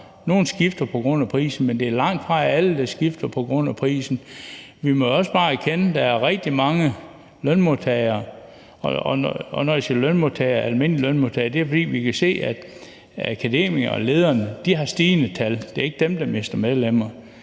Nogle skifter på grund af prisen, men det er langtfra alle, der skifter på grund af prisen. Vi må jo også bare erkende, at der er rigtig mange lønmodtagere. Og når jeg siger lønmodtagere, almindelige lønmodtagere, så er det, fordi vi kan se, at akademikernes og ledernes fagforeninger har stigende tal. Det er ikke dem, der mister medlemmer.